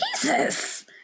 Jesus